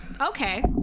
Okay